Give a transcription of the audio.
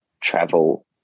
travel